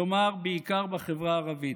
כלומר בעיקר בחברה הערבית.